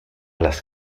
las